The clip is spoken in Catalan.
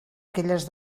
aquelles